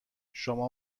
شما